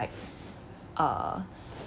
like uh